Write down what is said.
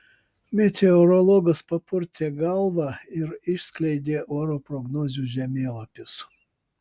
meteorologas papurtė galvą ir išskleidė oro prognozių žemėlapius